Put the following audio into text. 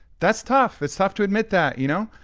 that's tough, it's tough to admit that, you know?